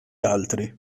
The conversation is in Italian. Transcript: altri